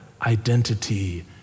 identity